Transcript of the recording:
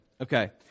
Okay